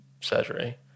surgery